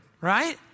right